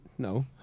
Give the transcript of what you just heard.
No